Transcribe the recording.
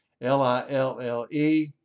L-I-L-L-E